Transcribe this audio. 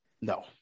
No